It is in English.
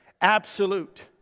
absolute